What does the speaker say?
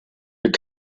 mit